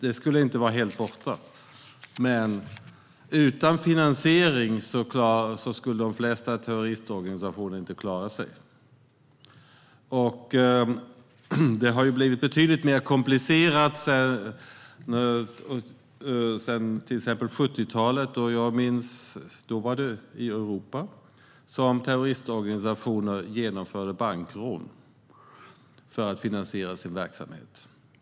Den skulle inte vara helt borta, men utan finansiering skulle de flesta terroristorganisationer inte klara sig. Det har blivit betydligt mer komplicerat sedan till exempel 1970-talet. Då var det i Europa som terroristorganisationer genomförde bankrån för att finansiera sin verksamhet.